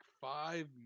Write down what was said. five